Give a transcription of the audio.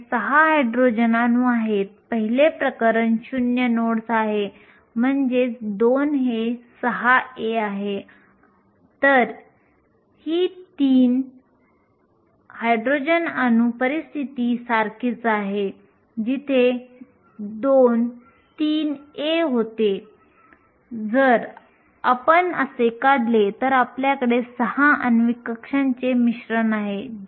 सहसा त्या प्रकरणांमध्ये एकतर आंतरिक सिलिकॉन किंवा जर्मेनियमचा वापर द्रव नायट्रोजन तापमानापर्यंत थंड करण्यासाठी केला जातो परंतु बहुतेक अनुप्रयोगांसाठी बाह्य अर्धसंवाहकांना प्राधान्य दिले जाते